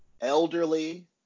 elderly